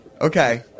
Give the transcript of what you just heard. Okay